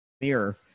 mirror